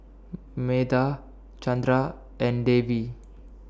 Medha Chandra and Devi